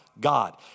God